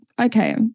okay